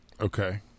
Okay